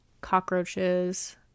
cockroaches